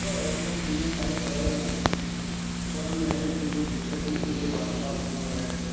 sir हमको सीने में है पैर में है सर में है इसीलिए दिक्कत है इसीलिए अब आपके पास फ़ोन लगाए थे